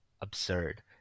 absurd